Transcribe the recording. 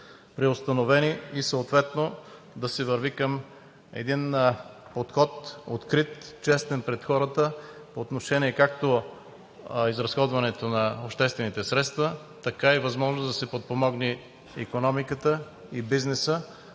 преустановени, и съответно да се върви към един открит подход, честен пред хората по отношение както изразходването на обществените средства, така и възможност да се подпомогне икономиката и бизнеса